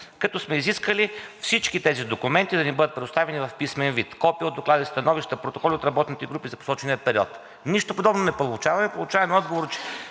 2022 г.? Изискали сме всички тези документи да ни бъдат предоставени в писмен вид – копия от доклади, становища, протоколи от работните групи за посочения период. Нищо подобно не получаваме. Получаваме отговор, че